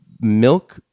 milk